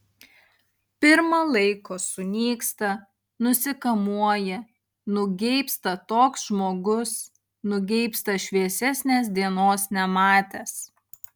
pirma laiko sunyksta nusikamuoja nugeibsta toks žmogus nugeibsta šviesesnės dienos nematęs